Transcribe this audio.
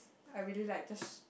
I really like just